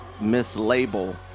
mislabel